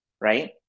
right